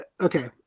okay